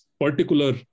particular